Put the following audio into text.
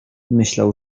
myślał